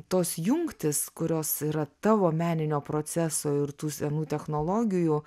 tos jungtys kurios yra tavo meninio proceso ir tų senų technologijų